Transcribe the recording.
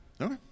Okay